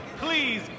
Please